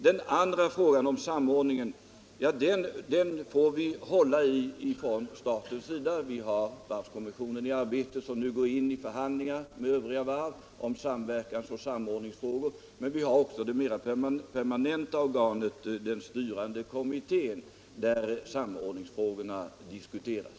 Den andra frågan om samordningen får staten hålla i. Vi har varvskommissionen i arbete, och kommissionen går nu in i förhandlingar med övriga varv om samverkansoch samordningsfrågor. Vi har också det mera permanenta organet, den styrande kommittén, där samordningsfrågorna diskuteras.